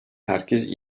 herkes